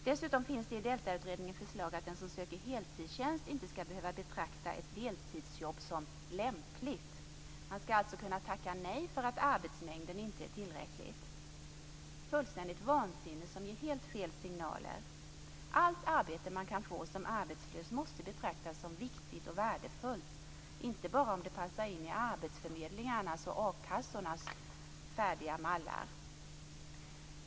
Dessutom finns det förslag i DELTA-utredningen om att den som söker heltidstjänst inte skall behöva betrakta ett deltidsjobb som "lämpligt". Man skall alltså kunna tacka nej eftersom arbetsmängden inte är tillräcklig. Det är fullständigt vansinnigt och ger helt fel signaler. Allt arbete man kan få som arbetslös måste betraktas som viktigt och värdefullt, inte bara om det passar in i arbetsförmedlingarnas och akassornas färdiga mallar.